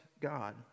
God